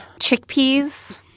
Chickpeas